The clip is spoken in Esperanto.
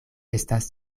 estas